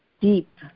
deep